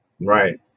Right